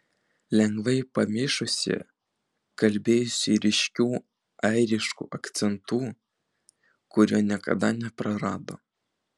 lengvai pamišusi kalbėjusi ryškiu airišku akcentu kurio niekada neprarado